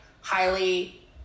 highly